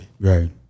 Right